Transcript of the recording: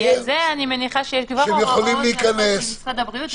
כי זה אני מניחה שיש בהוראות של משרד הבריאות.